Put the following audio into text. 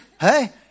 Hey